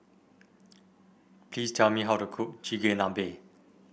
please tell me how to cook Chigenabe